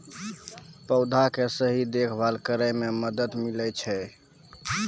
पौधा के सही देखभाल करै म मदद मिलै छै